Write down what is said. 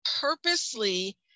purposely